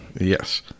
Yes